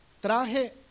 traje